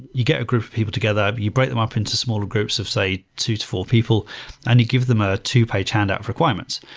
you get a group of people together, but you break them up into smaller groups of, say, two to four people and you give them a two-page handout requirements.